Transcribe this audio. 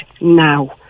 now